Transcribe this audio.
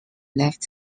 left